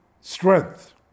strength